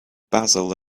basil